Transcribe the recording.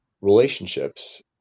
relationships